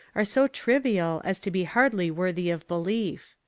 are so trivial as to be hardly worthy of belief.